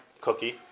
cookie